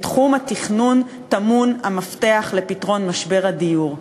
בתחום התכנון טמון המפתח לפתרון משבר הדיור.